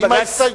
בג"ץ,